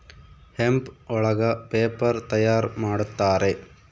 hemp ಒಳಗ paper ತಯಾರ್ ಮಾಡುತ್ತಾರೆ